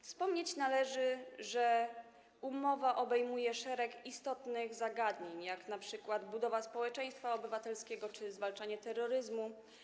Wspomnieć należy, że umowa obejmuje szereg istotnych zagadnień, np. budowę społeczeństwa obywatelskiego czy zwalczanie terroryzmu.